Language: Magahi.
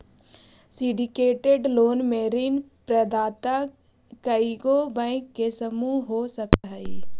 सिंडीकेटेड लोन में ऋण प्रदाता कइएगो बैंक के समूह हो सकऽ हई